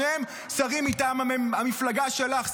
שניהם שרים מטעם המפלגה שלך,